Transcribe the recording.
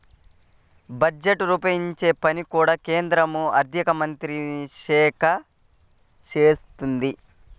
budget రూపొందించే పని కూడా కేంద్ర ఆర్ధికమంత్రిత్వశాఖే చేత్తది